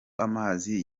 amazi